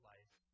life